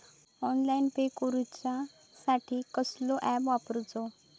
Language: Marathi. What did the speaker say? ऑनलाइन पे करूचा साठी कसलो ऍप वापरूचो?